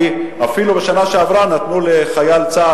כי אפילו בשנה שעברה נתנו לחייל צה"ל,